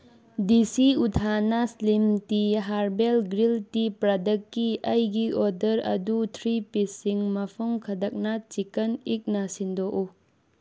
DC ꯎꯊꯥꯅ slim tea herbal ꯒ꯭ꯔꯤꯜ tea ꯄ꯭ꯔꯗꯛꯀꯤ ꯑꯩꯒꯤ ꯑꯣꯔꯗꯔ ꯑꯗꯨ ꯊ꯭ꯔꯤ ꯄꯤꯁꯁꯤꯡ ꯃꯐꯝ ꯈꯗꯛꯅꯥꯊ ꯆꯤꯛꯀꯟ ꯏꯛꯅ ꯁꯤꯟꯗꯣꯛꯎ